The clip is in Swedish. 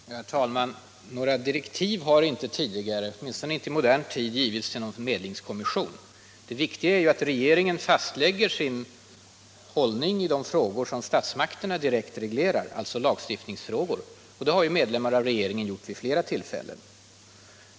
Herr talman! Några direktiv har inte tidigare, åtminstone inte i modern tid, givits till någon medlingskommission. Det viktiga är ju att regeringen fastlägger sin hållning i de frågor som statsmakterna direkt reglerar, alltså lagstiftningsfrågor. Det har medlemmar av regeringen gjort vid flera tillfällen.